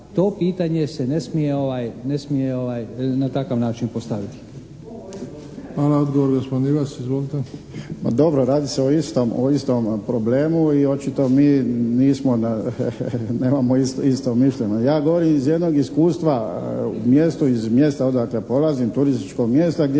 to pitanje se ne smije na takav način postaviti.